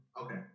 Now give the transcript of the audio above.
Okay